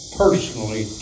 personally